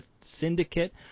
Syndicate